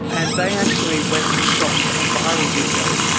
and they actually went and shot a viral video,